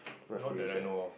referees eh